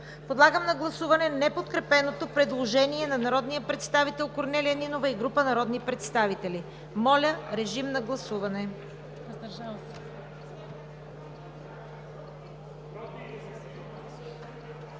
Подлагам на гласуване неподкрепеното предложение на народния представител Корнелия Нинова и група народни представители. Гласували